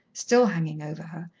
still hanging over her,